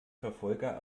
verfolger